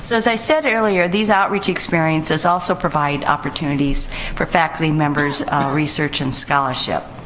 so as i said earlier, these outreach experiences also provide opportunities for faculty members' research and scholarship.